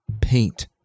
paint